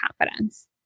confidence